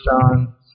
John